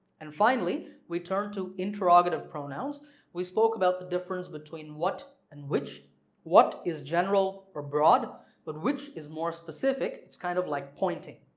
and finally we turned to interrogative pronouns we spoke about the difference between what and which what is general or broad but which is more specific, kind of like pointing.